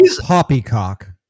poppycock